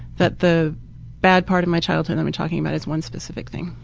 that the bad part of my childhood i'm i'm talking about is one specific thing.